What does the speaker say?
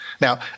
Now